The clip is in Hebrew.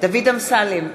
דוד אמסלם,